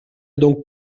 donc